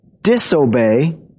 disobey